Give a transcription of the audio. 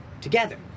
Together